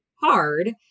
hard